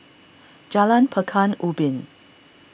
Jalan Pekan Ubin